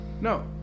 No